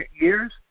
years